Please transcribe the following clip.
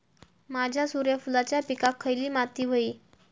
माझ्या सूर्यफुलाच्या पिकाक खयली माती व्हयी?